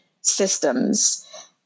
systems